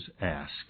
ask